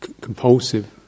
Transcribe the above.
compulsive